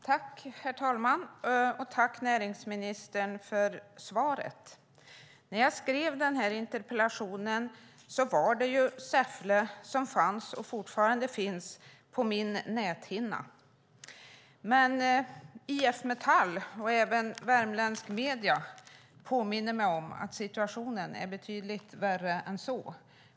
Herr talman! Tack, näringsministern, för svaret. När jag skrev den här interpellationen var det Säffle som fanns på min näthinna. IF Metall och värmländska medier påminner mig om att situationen är betydligt värre än så.